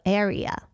area